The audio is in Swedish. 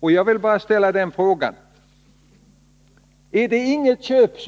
och jag vill ställa ett par frågor. Den första frågan är: Har inte köp förekommit?